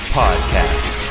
podcast